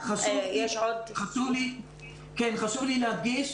חשוב לי להדגיש.